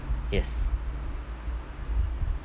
yes